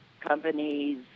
companies